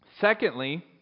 Secondly